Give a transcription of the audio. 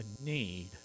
need